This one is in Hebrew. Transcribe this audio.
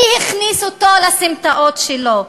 מי הכניס אותו לסמטאות שלו?